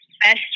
best